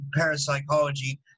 parapsychology